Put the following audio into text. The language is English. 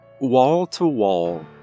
wall-to-wall